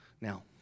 Now